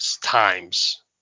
times